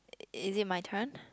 is it my turn